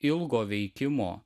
ilgo veikimo